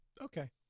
okay